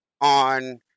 on